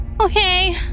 okay